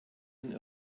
den